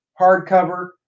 hardcover